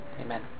Amen